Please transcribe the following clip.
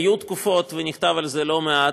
היו תקופות, ונכתב על זה לא מעט,